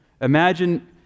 Imagine